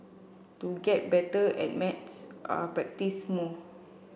to get better at maths are practise more